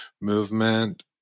movement